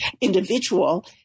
individual